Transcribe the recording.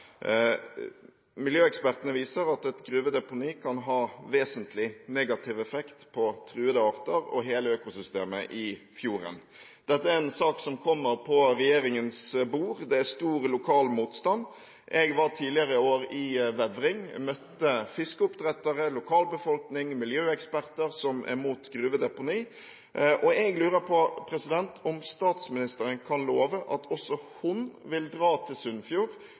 Miljøekspertene viser at et gruvedeponi kan ha vesentlig negativ effekt på truede arter og hele økosystemet i fjorden. Dette er en sak som kommer på regjeringens bord. Det er stor lokal motstand. Jeg var tidligere i år i Vevring og møtte fiskeoppdrettere, lokalbefolkning og miljøeksperter som er imot gruvedeponi. Jeg lurer på om statsministeren kan love at også hun vil dra til